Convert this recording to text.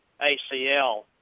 ACL